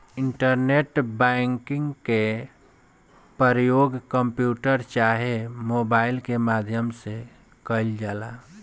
internet banking के परयोग computer चाहे मोबाइल के माध्यम से कईल जाला